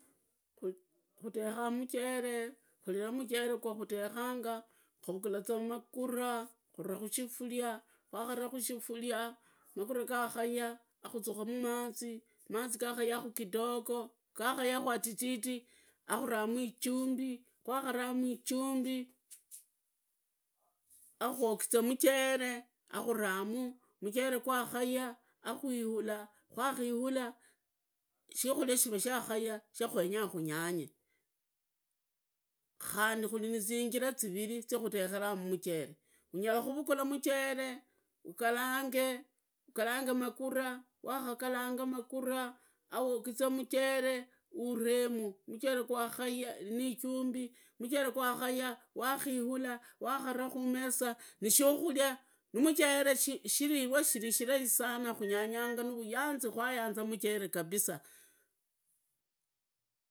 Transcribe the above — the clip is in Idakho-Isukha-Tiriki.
Kutekha muchere. kuriraa muchere qwawutekhanga kuvugulazu magura za kura mashifuria, kwakharaa mushifuria, magura gakayaa akuzukaamu mazi. mazi gakuyaa mdogo, gakayaa atititi, akuramu ijumbi. qwakhuramu ijumbi, akuogiza muchere, ghuramuu, muchere gwakuyaa, akuihalu qwakihula, shikuria shakayaa kwenyaka munyanyee khandi kuri na zinzira ziriri zya kutokeramu mucheree. Unyala kuvugula muchele ukalange akalenge magura, wakukalanga magura awagize muchere uremu nijumbi, muchore gwahayia wamhula wakhara kumeza nishihuria. nimuchere shirirwe shiri shirai sana, unyanyanga nuvuyanzi kwayanza muchere kabisa.